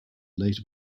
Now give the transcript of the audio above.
later